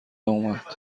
اومد